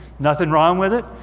nothing wrong with it.